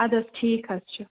اَدٕ حظ ٹھیٖک حظ چھُ